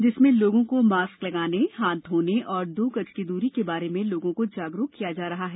जिसमें लोगों को मास्क लगाने हाथ धोने और दो गज की दूरी के बारे में लोगों को जागरूक किया जा रहा है